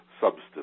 substance